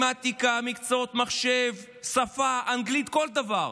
למתמטיקה, למקצועות מחשב, לשפה, לאנגלית, לכל דבר.